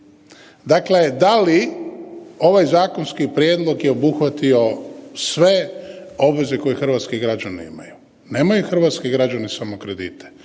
Dakle, da li ovaj zakonski prijedlog je obuhvatio sve obveze koje hrvatski građani imaju. Nemaju samo hrvatski građani samo kredite,